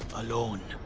alone.